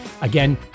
again